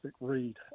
read